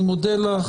אני מודה לך,